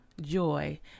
Joy